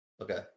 Okay